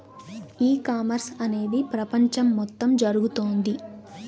ఈ కామర్స్ అనేది ప్రపంచం మొత్తం జరుగుతోంది